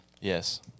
Yes